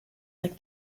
like